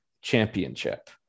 Championship